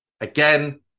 Again